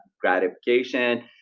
gratification